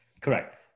Correct